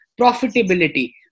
profitability